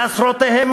בעשרותיהם,